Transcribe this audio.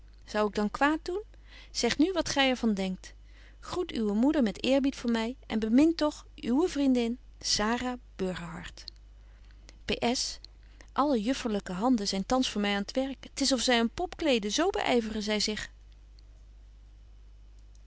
zou ik dan kwaad doen zeg nu wat gy er van denkt groet uwe moeder met eerbied voor my en bemin toch uwe vriendin ps alle jufferlyke handen zyn thans voor my aan t werk t is of zy een pop kleden zo beyveren zy zich